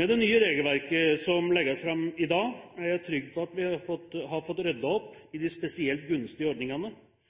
Med det nye regelverket som legges fram i dag, er jeg trygg på at vi har fått ryddet opp i de spesielt gunstige ordningene